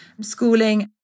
schooling